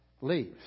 leaves